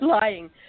lying